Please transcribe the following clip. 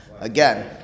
Again